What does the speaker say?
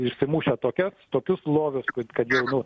išsimušę tokias tokius lovius kad jau nu